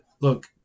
look